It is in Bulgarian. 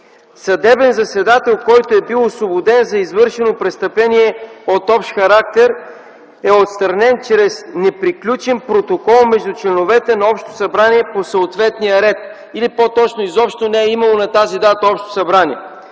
Съдебен заседател, който е бил освободен за извършено престъпление от общ характер, е отстранен чрез неприключен протокол между членовете на общото събрание по съответния ред или по-точно изобщо не е имало общо събрание